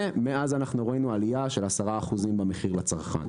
ומאז אנחנו רואים עלייה של כ-10% במחיר לצרכן.